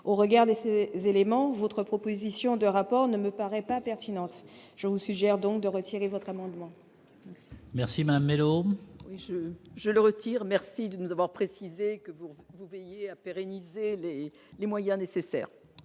au regard c'est élément votre proposition de rapports ne me paraît pas pertinente, je vous suggère donc de retirer votre amendement. Merci madame l'homme. Oui je je le retire, merci de nous avoir précisé que vous, vous veillez à pérenniser les les moyens nécessaires.